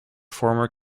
former